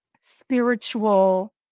spiritual